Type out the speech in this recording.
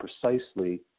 precisely